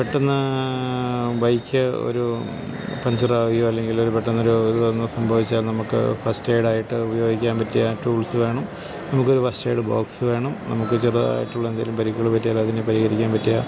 പെട്ടെന്ന് ബൈക്ക് ഒരു പഞ്ചറാവുകയോ അല്ലെങ്കിൽ ഒരു പെട്ടെന്നൊരു ഇത് ഒന്നു സംഭവിച്ചാൽ നമുക്ക് ഫർസ്റ്റ് എയ്ഡ് ആയിട്ട് ഉപയോഗിക്കാൻ പറ്റിയ ടൂൾസ് വേണം നമുക്കൊരു ഫർസ്റ്റ് എയ്ഡ് ബോക്സ് വേണം നമുക്ക് ചെറുതായിട്ടുള്ള എന്തേലും പരിക്കുകള് പറ്റിയാലും അതിന് പരിഹരിക്കാൻ പറ്റിയ